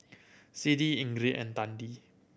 Siddie Ingrid and Tandy